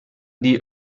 die